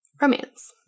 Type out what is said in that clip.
romance